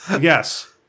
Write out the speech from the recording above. Yes